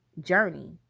journey